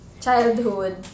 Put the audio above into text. childhood